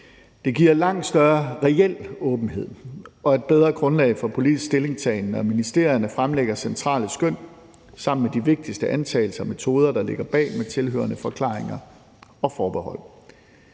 Det giver langt større reel åbenhed og et bedre grundlag for politisk stillingtagen, når ministerierne fremlægger centrale skøn sammen med de vigtigste antagelser og metoder, der ligger bag, med tilhørende forklaringer og forbehold.